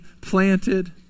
planted